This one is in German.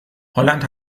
holland